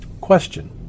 Question